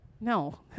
No